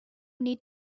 need